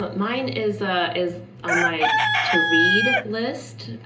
but mine is ah is on my to read list.